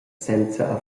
senza